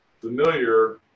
familiar